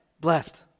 blessed